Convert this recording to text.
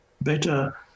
better